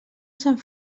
sant